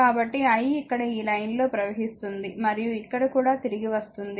కాబట్టి i ఇక్కడ ఈ లైన్ లో ప్రవహిస్తుంది మరియు ఇక్కడ కూడా తిరిగి వస్తుంది